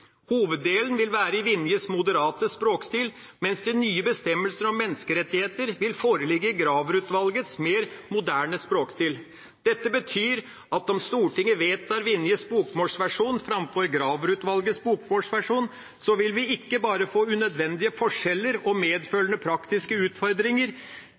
Hoveddelen vil være i Vinjes moderate språkstil, mens de nye bestemmelsene om menneskerettigheter vil foreligge i Graver-utvalgets mer moderne språkstil. Dette betyr at om Stortinget vedtar Vinjes bokmålsversjon framfor Graver-utvalgets bokmålsversjon, vil vi ikke bare få unødvendige forskjeller og